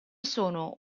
sono